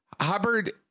Hubbard